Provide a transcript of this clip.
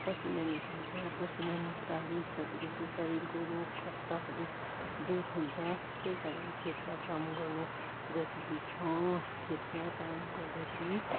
पसिना निकाल्छ पसिना निकाली सकेपछि शरीरको रोग कष्टहरू दुर हुन्छ त्यही कारण खेतमा काम गर्नु जरूरी छ खेतमा काम गर्दाखेरि